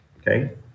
okay